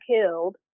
killed